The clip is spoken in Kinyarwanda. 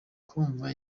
kumva